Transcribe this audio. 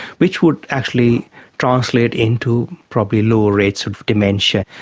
which would actually translate into probably lower rates of dementia.